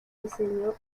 diseño